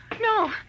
No